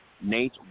Nate